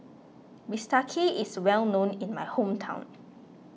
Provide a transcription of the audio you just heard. Bistake is well known in my hometown